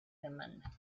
demanda